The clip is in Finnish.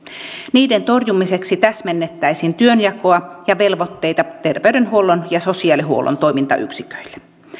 niiden torjumiseksi täsmennettäisiin työnjakoa ja velvoitteita terveydenhuollon ja sosiaalihuollon toimintayksiköille